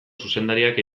zuzendariak